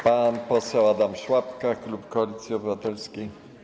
Pan poseł Adam Szłapka, klub Koalicji Obywatelskiej.